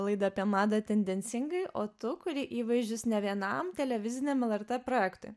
laidą apie madą tendencingai o tu kuri įvaizdžius nevienam televiziniam lrt projektui